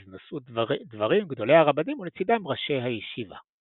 אז נשאו דברים גדולי הרבנים ולצידם ראשי הישיבה.